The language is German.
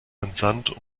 entsandt